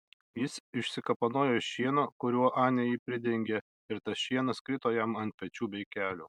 jis išsikapanojo iš šieno kuriuo anė jį pridengė ir tas šienas krito jam ant pečių bei kelių